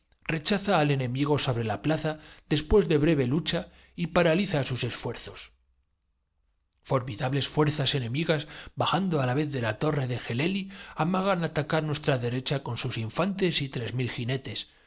los cuales en las la plaza después de breve lucha y paraliza sus esfuer ansias de la muerte encuentra fuerzas suficientes en zos su fanatismo para arrastrarse hasta un cañón abando formidables fuerzas enemigas bajando á la vez de nado y dispararlo causando horroroso estrago en las la torre de geleli amagan atacar nuestra derecha con primeras filas de nuestras tropas sus infantes y tres mil jinetes